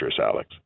Alex